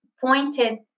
pointed